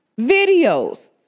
videos